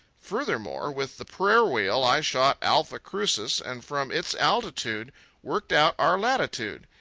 furthermore, with the prayer-wheel i shot alpha crucis and from its altitude worked out our latitude.